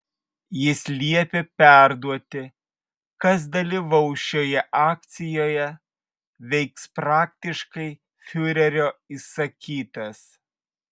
jis liepė perduoti kas dalyvaus šioje akcijoje veiks praktiškai fiurerio įsakytas